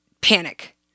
panic